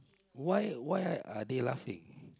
why why are they laughing